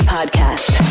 Podcast